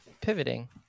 pivoting